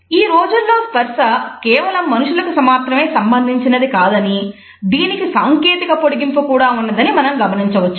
ఈ రోజుల్లో స్పర్స కేవలం మనుషులకు మాత్రమే సంబంధించినది కాదని దీనికి సాంకేతిక పొడిగింపు కూడా ఉన్నదని మనం గమనించవచ్చు